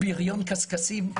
בריון קשקשים?